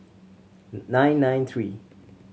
nine nine three